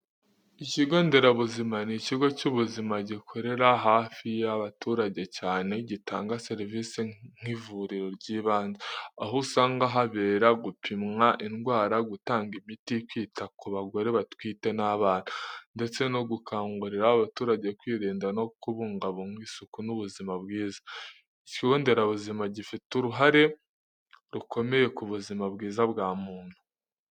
Ikigonderabuzima ni ikigo cy’ubuzima gikorera hafi y’abaturage cyane, gitanga serivisi nk’ivuriro ry’ibanze. Aho usanga habera gupimwa indwara, gutanga imiti, kwita ku bagore batwite n’abana, ndetse no gukangurira abaturage kwirinda no kubungabunga isuku n’ubuzima bwiza. Ikigonderabuzima gifite uruhara rukomeye ku buzima bwiza bwa muntu.